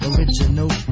Original